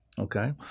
okay